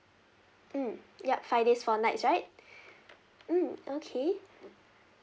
mm yup five days four nights right mm okay